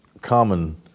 common